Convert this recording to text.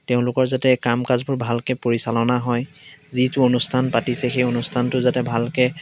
তেওঁলোকৰ যাতে কাম কাজবোৰ ভালকৈ পৰিচালনা হয় যিটো অনুষ্ঠান পাতিছে সেই অনুষ্ঠানটো যাতে ভালকৈ